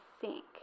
sink